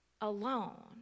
alone